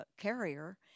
carrier